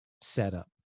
setup